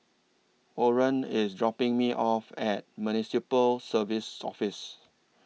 Orren IS dropping Me off At Municipal Services Office